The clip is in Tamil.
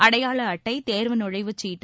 அடையாள அட்டை தேர்வு நுழைவுச் சீட்டு